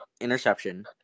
interception